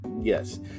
yes